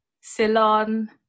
Ceylon